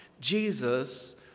Jesus